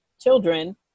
children